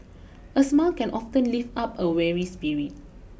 a smile can often lift up a weary spirit